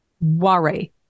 worry